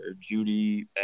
Judy